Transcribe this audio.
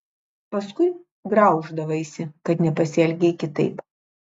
paskui grauždavaisi kad nepasielgei kitaip